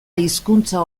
hizkuntza